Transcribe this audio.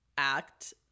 act